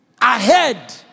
ahead